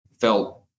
felt